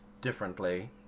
differently